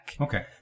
Okay